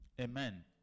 Amen